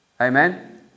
Amen